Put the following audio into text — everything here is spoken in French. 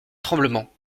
tremblement